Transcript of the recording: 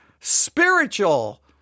spiritual